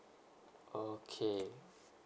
okay